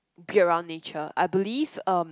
be around nature I believe um